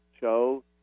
show